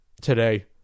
today